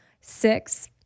Six